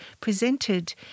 presented